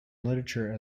literature